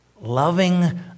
Loving